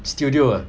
studio ah